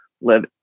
live